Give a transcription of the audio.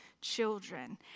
children